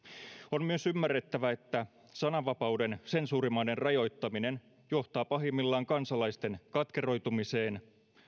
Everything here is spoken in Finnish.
on myös ymmärrettävä että sananvapauden sensuurimainen rajoittaminen johtaa pahimmillaan kansalaisten katkeroitumiseen